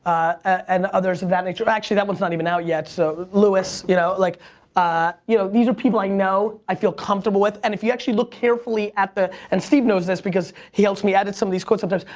and others of that nature. actually, that one's not even out yet, so louis, you know. like ah you know these are people i know, i feel comfortable with. and if you actually look carefully, at the, and steve knows this because he helps me edit some of these quotes sometimes,